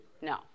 no